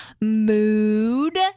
mood